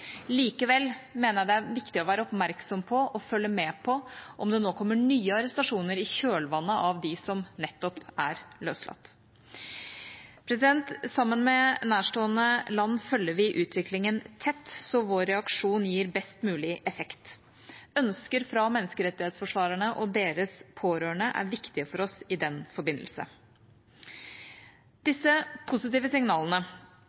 Likevel mener jeg det er viktig å være oppmerksom og følge med på om det nå kommer nye arrestasjoner i kjølvannet av dem som nettopp er løslatt. Sammen med nærstående land følger vi utviklingen tett, sånn at vår reaksjon gir best mulig effekt. Ønsker fra menneskerettighetsforsvarerne og deres pårørende er viktig for oss i den forbindelse. Disse positive signalene